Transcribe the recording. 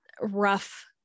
rough